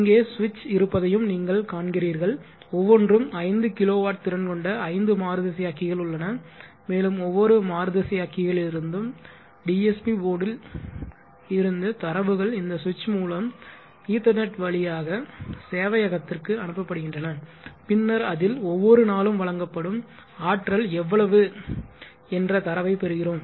இங்கே சுவிட்ச் இருப்பதையும் நீங்கள் காண்கிறீர்கள் ஒவ்வொன்றும் 5 kW திறன் கொண்ட ஐந்து மாறுதிசையாக்கிகள் உள்ளன மேலும் ஒவ்வொரு மாறுதிசையாக்கிகலிருந்தும் DSP போர்டில் இருந்து தரவுகள் இந்த சுவிட்ச் மூலம் ஈத்தர்நெட் வழியாக சேவையகத்திற்கு அனுப்பப்படுகின்றன பின்னர் அதில் ஒவ்வொரு நாளும் வழங்கப்படும் ஆற்றல் எவ்வளவு என்ற தரவைப் பெறுகிறோம்